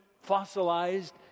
fossilized